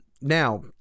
Now